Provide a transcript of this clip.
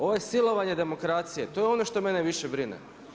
Ovo je silovanje demokracije, to je ono što mene više brine.